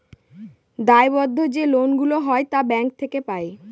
দায়বদ্ধ যে লোন গুলা হয় তা ব্যাঙ্ক থেকে পাই